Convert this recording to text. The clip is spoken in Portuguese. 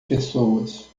pessoas